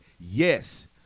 yes